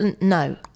No